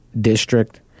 District